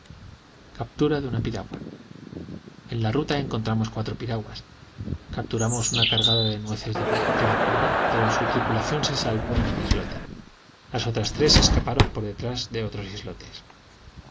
captura de una piragua en la ruta encontramos cuatro piraguas capturamos una cargada de nueces de coco para burné pero su tripulación se salvó en un islote las otras tres escaparon por detrás de otros islotes